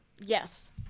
yes